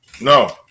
no